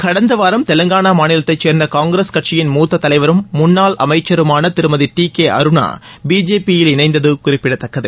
கடந்த வாரம் தெலங்கானா மாநிலத்தைச் சேர்ந்த காங்கிரஸ் கட்சியின் மூத்த தலைவரும் முன்னாள் அமைச்சருமான திருமதி டி கே அருணா பிஜேபியில் இணைந்தது குறிப்பிடதக்கது